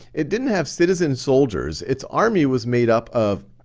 it didn't have citizen soldiers. its army was made up of.